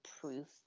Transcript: proof